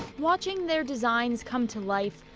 watching their designs come to life,